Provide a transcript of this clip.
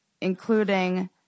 including